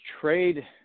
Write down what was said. trade